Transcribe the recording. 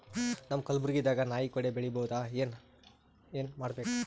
ನಮ್ಮ ಕಲಬುರ್ಗಿ ದಾಗ ನಾಯಿ ಕೊಡೆ ಬೆಳಿ ಬಹುದಾ, ಏನ ಏನ್ ಮಾಡಬೇಕು?